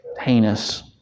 heinous